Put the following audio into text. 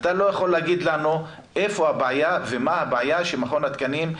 אתה לא יכול להגיד לנו איפה הבעיה ומה הבעיה של מכון התקנים.